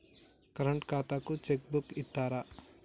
Current ఖాతాకు cheque book ఇత్తరా?